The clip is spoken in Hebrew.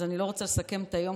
אז אני לא רוצה לסכם את היום,